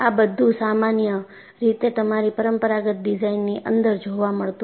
આ બધું સામાન્ય રીતે તમારી પરમપરાગત ડિઝાઇનની અંદર જોવા મળતું નથી